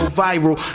viral